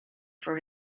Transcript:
for